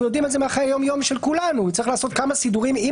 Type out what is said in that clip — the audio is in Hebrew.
יודעים את זה מחיי היום יום של כולנו כמה סידורים עם